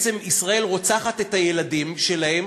בעצם ישראל רוצחת את הילדים שלהם.